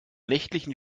nächtlichen